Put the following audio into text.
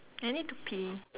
I need to pee